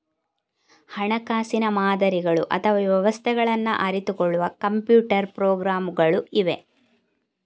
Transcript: ಹಣಕಾಸಿನ ಮಾದರಿಗಳು ಅಥವಾ ವ್ಯವಸ್ಥೆಗಳನ್ನ ಅರಿತುಕೊಳ್ಳುವ ಕಂಪ್ಯೂಟರ್ ಪ್ರೋಗ್ರಾಮುಗಳು ಇವೆ